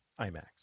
IMAX